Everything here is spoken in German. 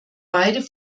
beide